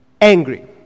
angry